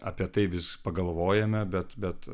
apie tai vis pagalvojame bet bet